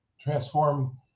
transform